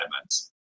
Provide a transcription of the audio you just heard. events